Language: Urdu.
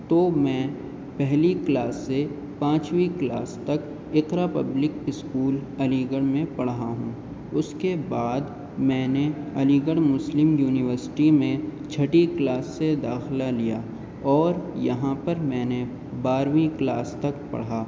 تو میں پہلی کلاس سے پانچویں کلاس تک Iqra public school Aligarh میں پڑھا ہوں اس کے بعد میں نے علی گڑھ مسلم یونیورسٹی میں چھٹی کلاس سے داخلہ لیا اور یہاں پر میں نے بارہویں کلاس تک پڑھا